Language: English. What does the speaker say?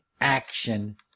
action